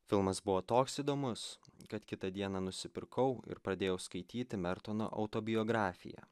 filmas buvo toks įdomus kad kitą dieną nusipirkau ir pradėjau skaityti mertono autobiografiją